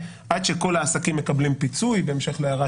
עד שכל העסקים מקבלים פיצוי בהמשך להערה